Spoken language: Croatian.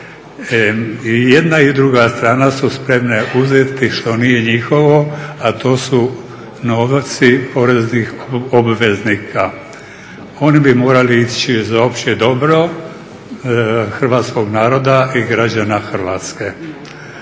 I jedna i druga strana su spremne uzeti što nije njihovo, a to su novci poreznih obveznika. Oni bi morali ići za opće dobro hrvatskog naroda i građana Hrvatske.